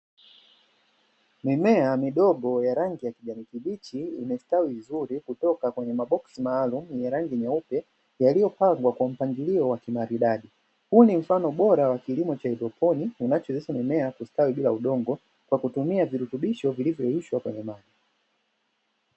Mimea midogo ya rangi ya kijani kibichi imestawi vizuri kutoka katika maboksi maalumu yenye rangi nyeupe yaliyopangwa kwa mpangilio wa kimaridadi, huu ni mfano bora wa kilimo cha haidroponi kinachowezesha mimea kustawi bila udongo kwa kutumia virutubisho vinavyoyeyushwa kwenye maji.